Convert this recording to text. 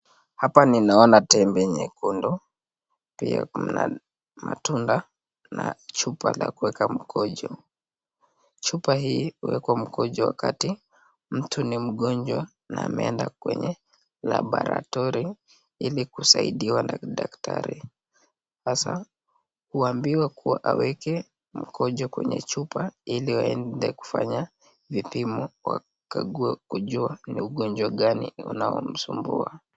Hapa ninaona tembe nyekundu. Pia kuna matunda na chupa la kuweka mkojo. Chupa hii huwekwa mkojo wakati mtu ni mgonjwa na ameenda kwenye laboratori ili kusaidiwa na daktari. Sasa huambiwa kuwa aweke mkojo kwenye chupa ili waende kufanya vipimo wakakagua kujua ni ugonjwa gani unaomsumbua.